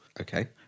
Okay